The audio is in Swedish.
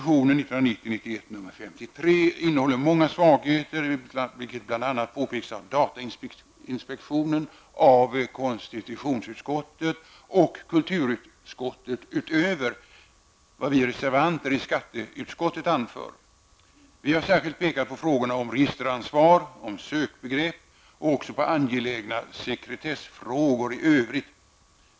innehåller många svagheter, vilket bl.a. har påpekats av datainspektionen, konstitutionsutskottet och kulturutskottet utöver vad vi reservanter i skatteutskottet har anfört. Vi har särskilt pekat på frågorna om registeransvar, sökbegrepp och också på angelägna sekretessfrågor i övrigt.